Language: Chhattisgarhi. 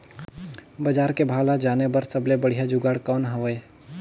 बजार के भाव ला जाने बार सबले बढ़िया जुगाड़ कौन हवय?